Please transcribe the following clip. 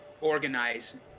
organize